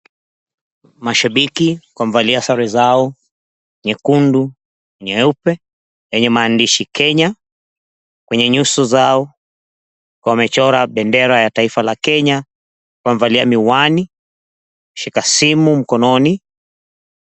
Mashabiki wamevalia sare zao, nyekundu, nyeupe yenye maandishi Kenya. Kwenye nyuso zao wamechora bendera ya taifa la Kenya, wamevalia miwani, wameshika simu mkononi.